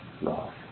love